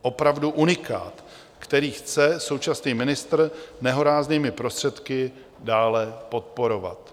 Opravdu unikát, který chce současný ministr nehoráznými prostředky dále podporovat.